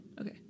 Okay